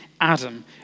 Adam